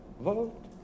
vote